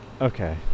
Okay